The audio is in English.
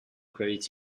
credits